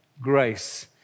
grace